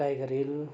tiger hill